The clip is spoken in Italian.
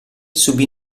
subì